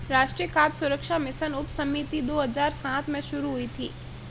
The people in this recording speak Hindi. राष्ट्रीय खाद्य सुरक्षा मिशन उपसमिति दो हजार सात में शुरू हुई थी